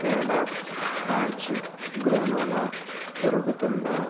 Kellogg's crunchy granola దొరుకుతుందా